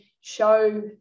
show